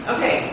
Okay